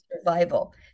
survival